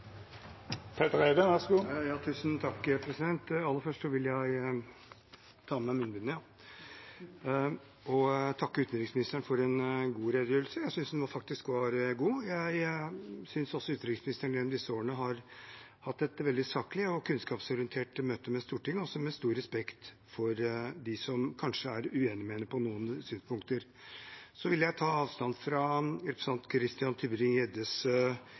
Petter Eide. Aller først vil jeg takke utenriksministeren for en god redegjørelse. Jeg synes faktisk den var god. Jeg synes også utenriksministeren gjennom disse årene har hatt et veldig saklig og kunnskapsorientert møte med Stortinget, og også med stor respekt for dem som kanskje er uenig med henne i noen synspunkter. Så vil jeg ta avstand fra representanten Christian